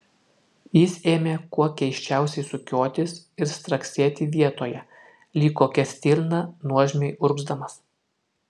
jis ėmė kuo keisčiausiai sukiotis ir straksėti vietoje lyg kokia stirna nuožmiai urgzdamas